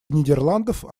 нидерландов